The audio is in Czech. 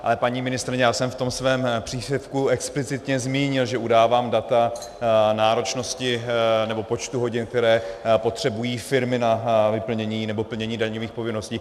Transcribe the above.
Ale paní ministryně, já jsem v tom svém příspěvku explicitně zmínil, že udávám data náročnosti nebo počtu hodin, které potřebují firmy na vyplnění nebo plnění daňových povinností.